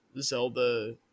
Zelda